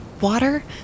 water